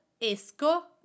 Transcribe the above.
esco